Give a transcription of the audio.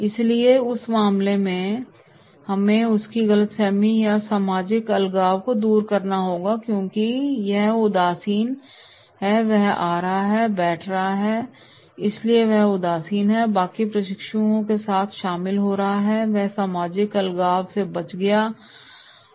इसलिए इस मामले में हमें उसकी गलतफहमी या सामाजिक अलगाव को दूर करना होगा क्योंकि वह उदासीन है वह आ रहा है बैठ रहा है और इसलिए वह उदासीन है बाकी प्रशिक्षुओं के साथ शामिल हो रहा है और वह सामाजिक अलगाव से बच जाएगा